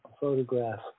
photograph